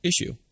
issue